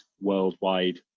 worldwide